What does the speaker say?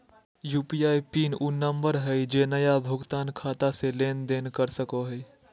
UPI PIN उ number हइ जे नया भुगतान खाता से लेन देन कर सको हइ